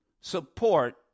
support